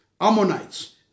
Ammonites